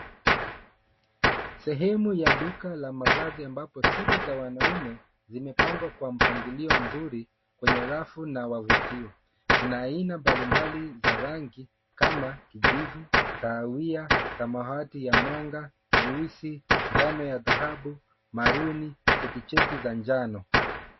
Sehemu ya duka la mavazi ambapo suti za wanaume zimepangwa kwa mpangilio mzuri kwenye rafu na wavutio. Kuna aina mbalimbali za rangi kama kijivu, kahawia, samawati ya mwanga, nyeusi, njano ya dhahabu, maruni, chekicheki za njano.